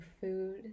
food